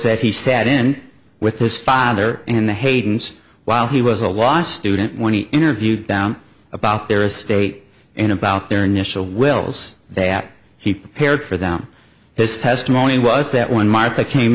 that he sat in with his father and the hayden's while he was a law student when he interviewed them about their estate and about their initial wills that he prepared for them his testimony was that when martha came